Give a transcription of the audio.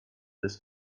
this